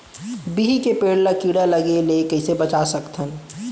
बिही के पेड़ ला कीड़ा लगे ले कइसे बचा सकथन?